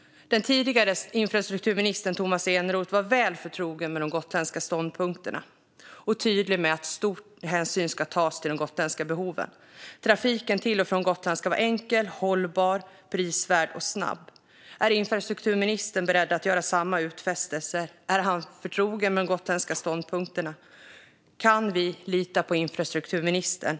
Den tidigare infrastrukturministern, Tomas Eneroth, var väl förtrogen med de gotländska ståndpunkterna och tydlig med att stor hänsyn ska tas till de gotländska behoven. Trafiken till och från Gotland ska vara enkel, hållbar, prisvärd och snabb. Är infrastrukturministern beredd att göra samma utfästelse? Är han förtrogen med de gotländska ståndpunkterna? Kan vi lita på infrastrukturministern?